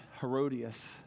Herodias